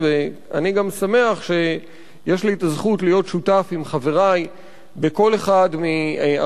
אני גם שמח שיש לי הזכות להיות שותף עם חברי בכל אחד מארבעת